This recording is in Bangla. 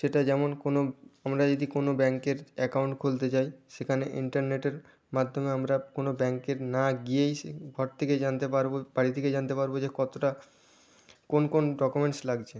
সেটা যেমন কোনো আমরা যদি কোনো ব্যাংকের অ্যাকাউন্ট খুলতে যাই সেকানে ইন্টারনেটের মাধ্যমে আমরা কোনো ব্যাংকে না গিয়েই সে ঘর থেকেই জানতে পারবো বাড়ি থেকে জানতে পারবো যে কতোটা কোন কোন ডকুমেন্টস লাগছে